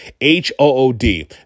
h-o-o-d